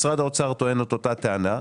משרד האוצר טוען את אותה טענה.